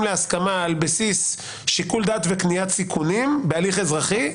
להסכמה על בסיס שיקול דעת וקניית סיכונים בהליך אזרחי,